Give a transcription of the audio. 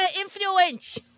influence